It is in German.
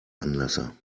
anlasser